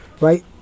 right